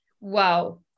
wow